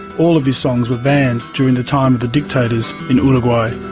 all of his songs were banned during the time of the dictators in uruguay.